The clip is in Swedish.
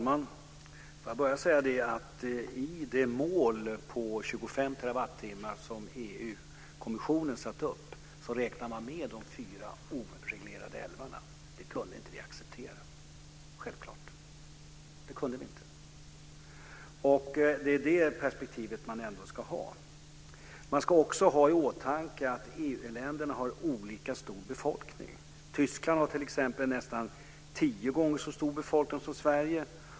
Fru talman! I det mål om 25 terawattimmar som EU-kommissionen satte upp räknade man med de fyra oreglerade älvarna. Det kunde vi självklart inte acceptera. Det är det perspektivet man ska ha. Man ska också ha i åtanke att EU-länderna har olika stor befolkning. Tyskland har t.ex. nästan tio gånger så stor befolkning som Sverige.